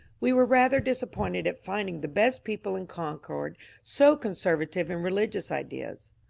we were rather disappointed at finding the best people in concord so conservative in religious ideas.